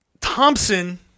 Thompson